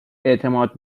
اعتماد